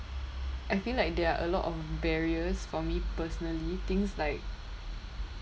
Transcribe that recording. I feel like there are a lot of barriers for me personally things like